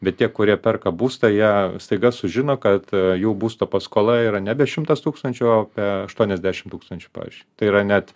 bet tie kurie perka būstą jie staiga sužino kad ee jų būsto paskola yra nebe šimtas tūkstančių o apie aštuoniasdešimt tūkstančių pavyzdžiui tai yra net